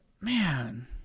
man